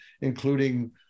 including